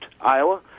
Iowa